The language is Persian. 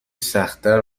سختتر